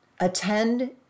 Attend